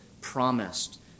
promised